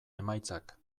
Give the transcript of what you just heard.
emaitzak